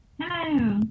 Hello